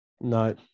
No